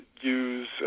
use